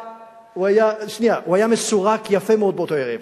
הוא היה מסורק יפה מאוד באותו ערב.